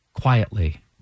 quietly